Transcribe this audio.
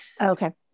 Okay